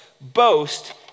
boast